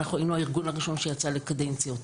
אנחנו היינו הארגון הראשון שיצא לקדנציות,